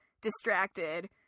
distracted